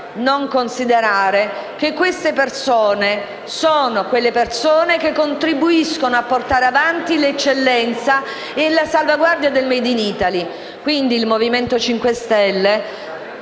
considerare che queste persone contribuiscono a portare avanti l'eccellenza e la salvaguardia del *made in Italy*. Quindi il Movimento 5 Stelle